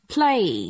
Play